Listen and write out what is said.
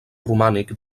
romànic